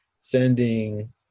sending